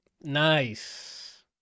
nice